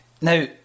Now